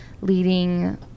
leading